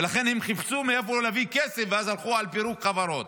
לכן הם חיפשו מאיפה להביא כסף ואז הלכו על פירוק חברות.